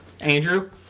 Andrew